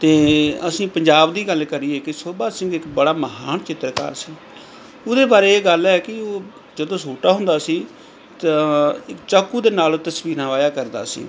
ਅਤੇ ਅਸੀਂ ਪੰਜਾਬ ਦੀ ਗੱਲ ਕਰੀਏ ਕਿ ਸ਼ੋਭਾ ਸਿੰਘ ਇੱਕ ਬੜਾ ਮਹਾਨ ਚਿੱਤਰਕਾਰ ਸੀ ਉਹਦੇ ਬਾਰੇ ਇਹ ਗੱਲ ਹੈ ਕਿ ਉਹ ਜਦੋਂ ਛੋਟਾ ਹੁੰਦਾ ਸੀ ਤਾਂ ਇੱਕ ਚਾਕੂ ਦੇ ਨਾਲ ਤਸਵੀਰਾਂ ਵਾਹਿਆ ਕਰਦਾ ਸੀ